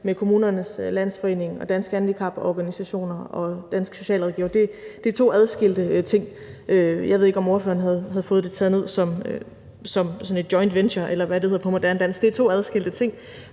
med Kommunernes Landsforening og Danske Handicaporganisationer og Dansk Socialrådgiverforening. Det er to adskilte ting. Jeg ved ikke, om ordføreren havde fået det taget ned som sådan et joint venture, eller hvad det hedder på moderne dansk. Det er to adskilte ting.